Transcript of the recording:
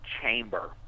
chamber